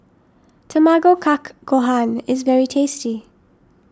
Tamago Kake Gohan is very tasty